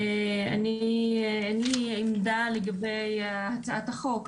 אין לי עמדה לגבי הצעת החוק,